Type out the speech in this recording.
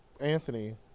Anthony